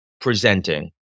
presenting